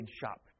shop